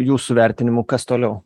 jūsų vertinimu kas toliau